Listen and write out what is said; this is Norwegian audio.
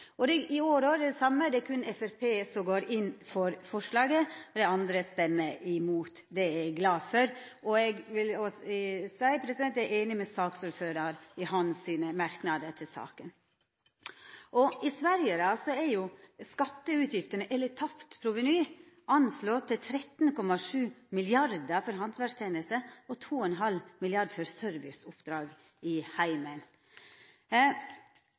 og fritidsbustad. I år er det det same: Det er berre Framstegspartiet som går inn for forslaget, dei andre stemmer imot. Det er eg glad for. Eg vil seia at eg er einig med saksordføraren i hans merknader i saka. I Sverige er skatteutgiftene, eller tapt proveny, sett til 13,7 mrd. kr for handverkstenester og 2,5 mrd. kr for serviceoppdrag i heimen.